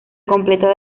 completa